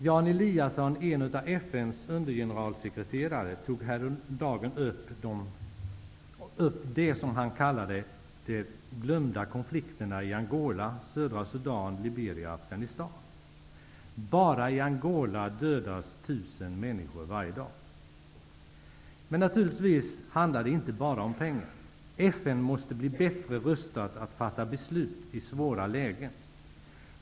Jan Eliasson, en av FN:s undergeneralsekreterare, tog häromdagen upp de -- som han kallade dem -- glömda konflikterna i Bara i Angola dödas tusen människor varje dag. Men det handlar naturligtvis inte bara om pengar. FN måste bli bättre rustat för att fatta beslut i svåra lägen.